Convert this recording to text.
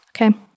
Okay